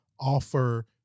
offer